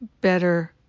better